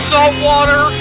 Saltwater